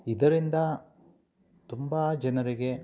ಇದರಿಂದ ತುಂಬ ಜನರಿಗೆ